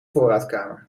voorraadkamer